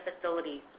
facilities